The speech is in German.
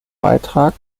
beitrag